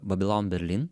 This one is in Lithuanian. babilon berlin